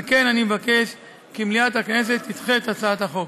על כן אני מבקש כי מליאת הכנסת תדחה את הצעת החוק.